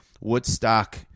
Woodstock